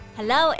Hello